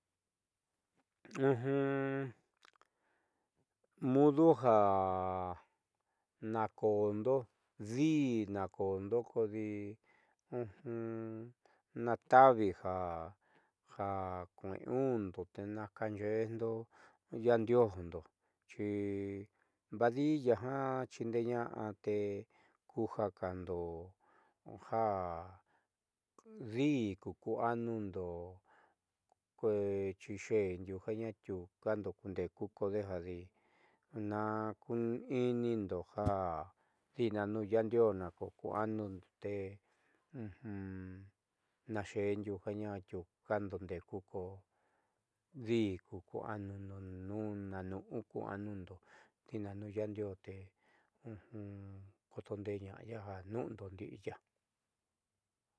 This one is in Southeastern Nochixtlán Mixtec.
Mudu ja naakoondo di'i naako'ondo naata'avi ja ja kueeu'undo tena kaaxeejndo kundiojndo xi vadiiya jiaa xiindeeña'a te kuja kando ja diikuku anundo kuee xi xeé ndiuu ja naatiuu ka kuundeeku kodejadi na kuui'inindo ja vitnaa yaajdioó nokokuanundo te naaxe'e ndiuujañaatiukando ndeku kodi'i ku ku anundo nuun naan nu'u kuanundo ntina nu'u yaadioó te kodeetn'oya ja nuundo ndi'iyaa.